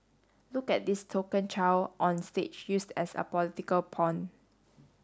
look at this token child on stage used as a political pawn